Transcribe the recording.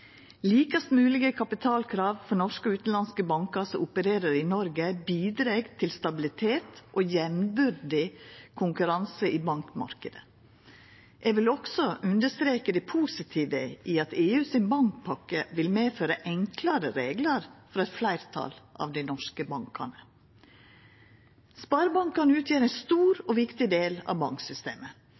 Likast moglege kapitalkrav til norske og utanlandske bankar som opererer i Noreg, bidreg til stabilitet og jambyrdig konkurranse i bankmarknaden. Eg vil også understreka det positive i at EU sin bankpakke vil medføra enklare reglar for eit fleirtal av dei norske bankane. Sparebankane utgjer ein stor og viktig del av banksystemet